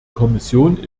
kommission